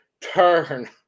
turn